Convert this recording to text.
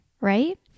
right